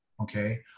okay